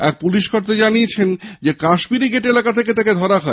এক পুলিশকর্তা জানিয়েছেন দিল্লীর কাশ্মীরি গেট এলাকা থেকে তাকে ধরা হয়